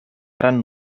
gran